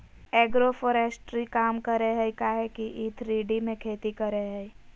agroforestry काम करेय हइ काहे कि इ थ्री डी में खेती करेय हइ